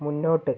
മുന്നോട്ട്